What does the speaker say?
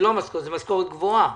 זו לא משכורת, זו משכורת גבוהה,